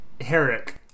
Herrick